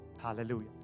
Hallelujah